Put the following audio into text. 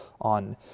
on